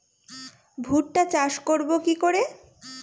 ভুট্টা চাষ করব কি করে?